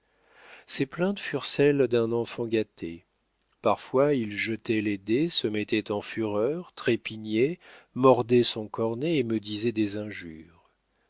ses plaintes furent celles d'un enfant gâté parfois il jetait les dés se mettait en fureur trépignait mordait son cornet et me disait des injures